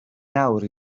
nawr